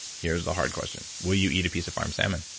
here's the hard question. will you eat a piece of farm salmon?